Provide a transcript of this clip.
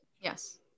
yes